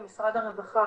הרווחה,